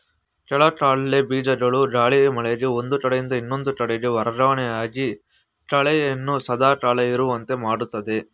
ಕೆಲ ಕಳೆ ಬೀಜಗಳು ಗಾಳಿ, ಮಳೆಗೆ ಒಂದು ಕಡೆಯಿಂದ ಇನ್ನೊಂದು ಕಡೆಗೆ ವರ್ಗವಣೆಯಾಗಿ ಕಳೆಯನ್ನು ಸದಾ ಕಾಲ ಇರುವಂತೆ ಮಾಡುತ್ತದೆ